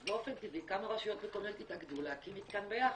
אז באופן טבעח כמה רשויות מקומיות יתאגדו להקים מתקן ביחד,